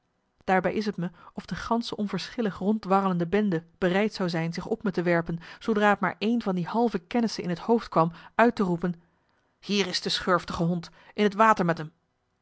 daarbij is t me of de gansche onverschillig ronddwarrelende bende bemarcellus emants een nagelaten bekentenis reid zou zijn zich op me te werpen zoodra t maar één van die halve kennissen in t hoofd kwam uit te roepen hier is de schurftige hond in t water met m